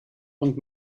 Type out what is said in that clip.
und